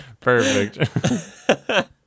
Perfect